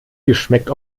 geschmeckt